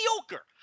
mediocre